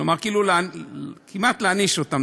כלומר כמעט להעניש אותם,